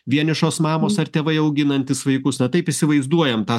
vienišos mamos ar tėvai auginantys vaikus na taip įsivaizduojam tą